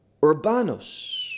Urbanos